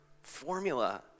formula